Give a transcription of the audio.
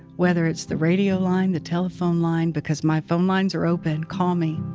whether it's the radio line, the telephone line, because my phone lines are open. call me.